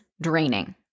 draining